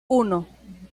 uno